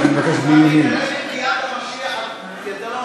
אתה מקרב את ביאת המשיח כי אתה לא,